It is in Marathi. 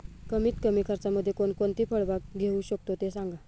कमीत कमी खर्चामध्ये कोणकोणती फळबाग घेऊ शकतो ते सांगा